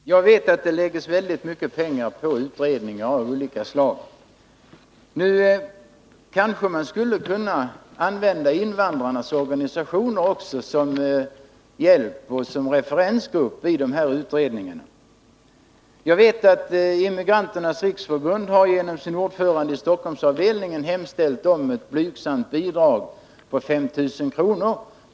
Herr talman! Jag vet att det läggs ned väldigt mycket pengar på utredningar av olika slag. Man skulle kanske också kunna använda invandrarnas organisationer som hjälp och som referensgrupp i dessa utredningar. Exempelvis Immigranternas riksförbund har genom sin ordförande i Stockholmsavdelningen hemställt om ett blygsamt bidrag på 5 000 kr.